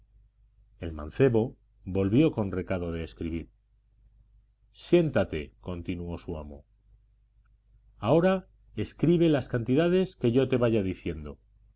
el mancebo volvió con recado de escribir siéntate continuó su amo ahora escribe las cantidades que yo te vaya diciendo